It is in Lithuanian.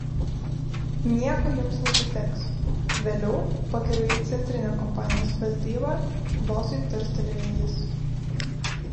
nieko jums neišdegs vėliau pakeliui į centrinę kompanijos valdybą bosui tarstelėjo jis